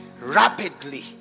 rapidly